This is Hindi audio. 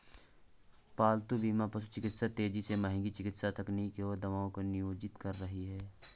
पालतू बीमा पशु चिकित्सा तेजी से महंगी चिकित्सा तकनीकों और दवाओं को नियोजित कर रही है